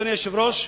אדוני היושב-ראש,